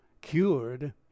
cured